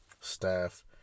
staff